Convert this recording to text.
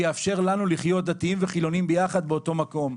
שיאפשר לנו לחיות דתיים וחילוניים ביחד באותו מקום.